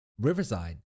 Riverside